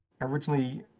originally